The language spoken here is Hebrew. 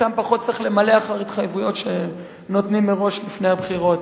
שם צריך למלא פחות אחר התחייבויות שנותנים מראש לפני הבחירות.